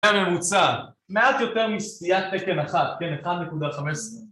ממוצע, מעט יותר מסטיית תקן 1, כן, 1.15